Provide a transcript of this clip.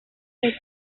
was